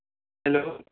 hello